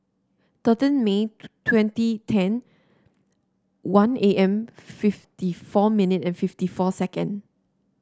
thirteen May twenty ten one A M fifty four minute and fifty four second